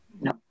no